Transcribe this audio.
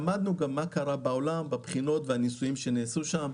למדנו גם מה קרה בעולם בבחינות ובניסויים שנעשו שם.